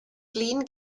flin